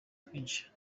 twinshi